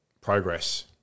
progress